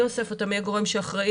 מי אוסף אותם, מי הגורם שאחראי?